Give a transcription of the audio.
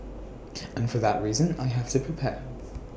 and for that reason I have to prepare